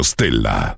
Stella